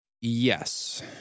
Yes